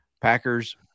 Packers